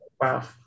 Wow